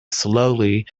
slowly